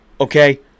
Okay